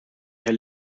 herr